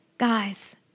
Guys